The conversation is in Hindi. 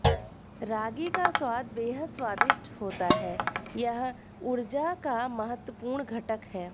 रागी का स्वाद बेहद स्वादिष्ट होता है यह ऊर्जा का महत्वपूर्ण घटक है